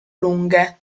lunghe